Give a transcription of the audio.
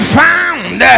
found